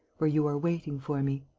where you are waiting for me.